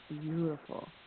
beautiful